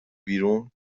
بیرون